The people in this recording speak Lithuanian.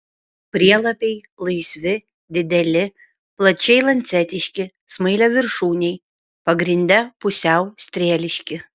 prielapiai laisvi dideli plačiai lancetiški smailiaviršūniai pagrinde pusiau strėliški